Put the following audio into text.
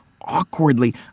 awkwardly